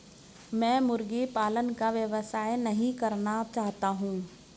मैं मुर्गी पालन का व्यवसाय नहीं करना चाहता हूँ